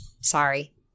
Sorry